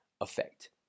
Effect